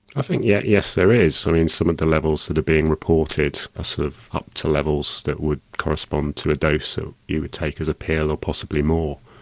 i think yeah yes there is, i mean some of the levels that are being reported are sort of up to levels that would correspond to a dose that so you would take as a pill or possibly more.